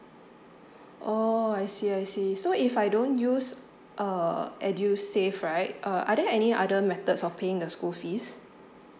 oh I see I see so if I don't use uh edusave right uh are there any other methods of paying the school fees